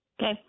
Okay